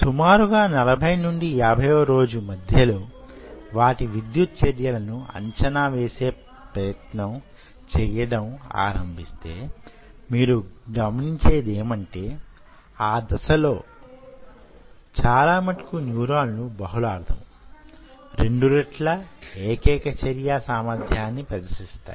సుమారుగా 40 నుండి 50వ రోజు మధ్యలో వాటి విద్యుత్ చర్యలను అంచనా వేసే ప్రయత్నం చెయ్యడం ఆరంభిస్తే మీరు గమనించేదేమంటే ఈ దశలో చాలా మటుకు న్యూరాన్లు బహుళార్థము రెండు రెట్ల ఏకైక చర్యా సామర్ధ్యాన్ని ప్రదర్శిస్తాయి